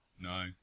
No